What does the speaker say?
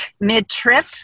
mid-trip